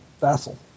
Vassal